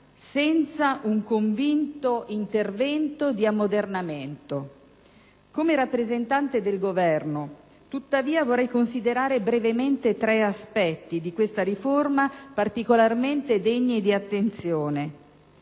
senza un convinto intervento di ammodernamento. Come rappresentante del Governo, tuttavia, vorrei considerare brevemente tre aspetti di questa riforma, particolarmente degni di attenzione: